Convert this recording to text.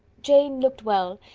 jane looked well,